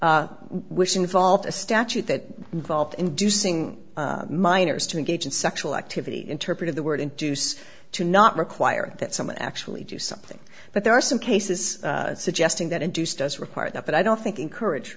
called which involved a statute that involved inducing minors to engage in sexual activity interpreted the word induce to not require that someone actually do something but there are some cases suggesting that induce does require that but i don't think encourage